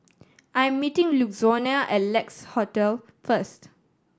I am meeting Louanna at Lex Hotel first